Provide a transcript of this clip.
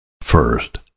First